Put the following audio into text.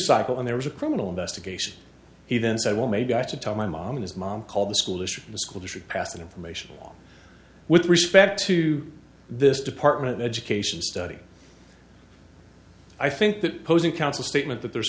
cycle and there was a criminal investigation he then said well maybe i ought to tell my mom his mom called the school district the school district passed an informational with respect to this department of education study i think that posen council statement that there's